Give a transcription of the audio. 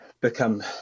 become